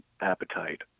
appetite